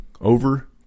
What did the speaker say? over